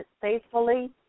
faithfully